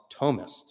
Thomists